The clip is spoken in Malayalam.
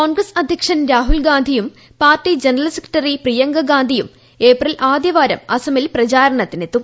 കോൺഗ്രസ് അധ്യക്ഷൻ രാഹുൽ ഗാന്ധിയും പാർട്ടി ജനറൽ സെക്രട്ടറി പ്രിയങ്ക ഗാന്ധിയും ഏപ്രിൽ ആദ്യ വാരം അസമിൽ പ്രചാരണത്തിനെത്തും